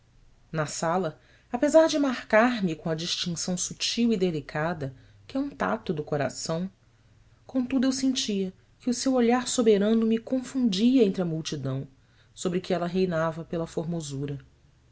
na sala apesar de marcar me com a distinção sutil e delicada que é um tato do coração contudo eu sentia que o seu olhar soberano me confundia entre a multidão sobre que ela reinava pela formosura